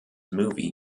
movie